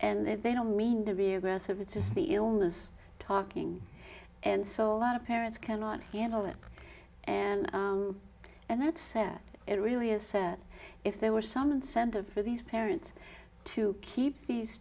and they don't mean to be aggressive it's just the illness talking and so a lot of parents cannot handle it and and that's where it really is that if there were some incentive for these parents to keep these